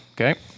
Okay